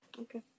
Okay